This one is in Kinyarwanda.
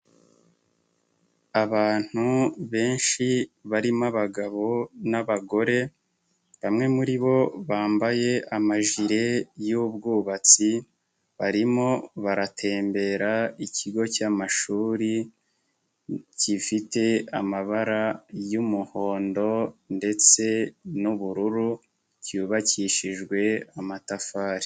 Abantu benshi barimo abagabo n'abagore, bamwe muri bo bambaye amajire y'ubwubatsi, barimo baratembera ikigo cy'amashuri, gifite amabara y'umuhondo ndetse n'ubururu, cyubakishijwe amatafari.